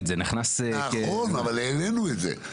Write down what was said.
זה נכנס -- נכון אבל העלינו את זה,